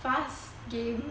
fast game